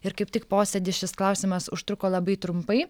ir kaip tik posėdyje šis klausimas užtruko labai trumpai